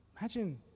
imagine